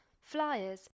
flyers